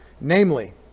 namely